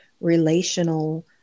relational